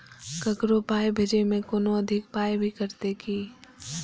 ककरो पाय भेजै मे कोनो अधिक पाय भी कटतै की?